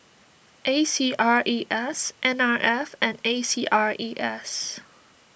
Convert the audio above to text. A C R E S N R F and A C R E S